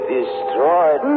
destroyed